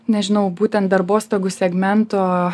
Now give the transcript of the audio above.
nežinau būtent darbostogų segmento